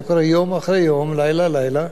זה קורה יום אחרי יום, לילה-לילה.